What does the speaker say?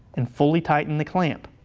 and fully tighten the clamp.